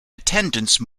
attendance